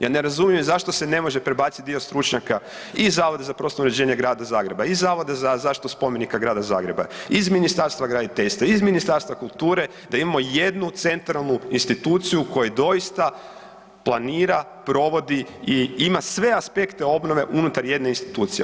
Ja ne razumijem zašto se ne može prebacit dio stručnjaka i Zavodu za prostorno uređenje Grada Zagreba i Zavoda za zaštitu spomenika Grada Zagreba, iz Ministarstva graditeljstva, iz Ministarstva kulture, da imamo jednu centralnu instituciju koja doista planira, provodi i ima sve aspekte obnove unutar jedne institucije.